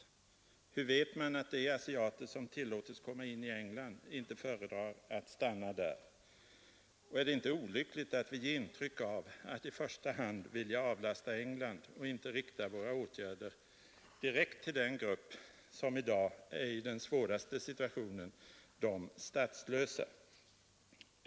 Hur vet man att de asiater som tillåtits komma in i England inte föredrar att stanna där? Och är det inte olyckligt att vi ger intryck av att i första hand vilja avlasta England och inte riktar våra åtgärder direkt till den grupp som är i den svåraste situationen, de statslösa?